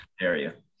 area